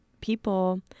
people